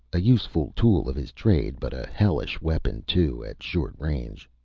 a useful tool of his trade, but a hellish weapon, too, at short range.